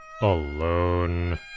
alone